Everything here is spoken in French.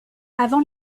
avant